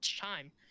time